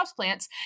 houseplants